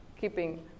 keeping